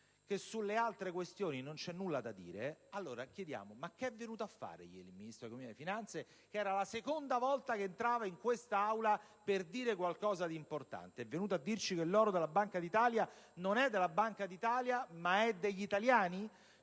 che sulle altre questioni non c'è nulla da dire. Allora chiediamo: che cosa è venuto a fare ieri il Ministro dell'economia e delle finanze? Eppure, entrava per la seconda volta in quest'Aula per dire qualcosa di importante. È venuto a dirci che l'oro della Banca d'Italia, non è della Banca d'Italia, ma è degli italiani?